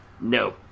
No